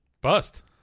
Bust